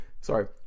sorry